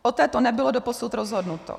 O této nebylo doposud rozhodnuto.